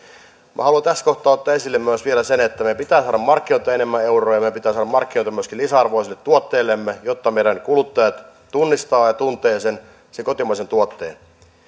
minä haluan tässä kohtaa ottaa esille vielä myös sen että meidän pitää saada markkinoilta enemmän euroja meidän pitää saada markkinoilta myöskin lisäarvoa sille tuotteellemme jotta meidän kuluttajamme tunnistavat ja tuntevat sen sen kotimaisen tuotteen